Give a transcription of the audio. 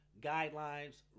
guidelines